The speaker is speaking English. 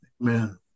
Amen